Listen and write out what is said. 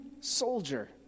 soldier